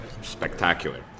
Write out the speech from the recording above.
spectacular